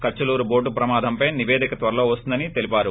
Kachaluru boat ప్రమాదంపై నిపేదిక త్వరలో వస్తుందని తెలిపారు